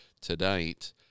tonight